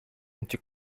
into